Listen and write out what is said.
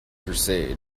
crusade